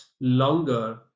longer